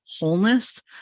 wholeness